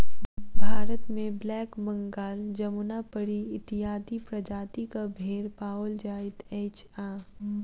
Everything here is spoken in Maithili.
भारतमे ब्लैक बंगाल, जमुनापरी इत्यादि प्रजातिक भेंड़ पाओल जाइत अछि आ